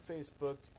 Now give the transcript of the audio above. Facebook